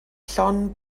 llond